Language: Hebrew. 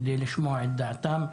כדי לשמוע את דעתם.